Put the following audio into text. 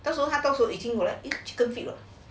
到时候他到时候已经有